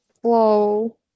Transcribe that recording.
Whoa